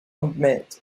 admit